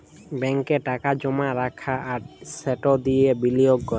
ব্যাংকে টাকা জমা রাখা আর সেট দিঁয়ে বিলিয়গ ক্যরা